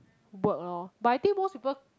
work lor but I think most people